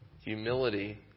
Humility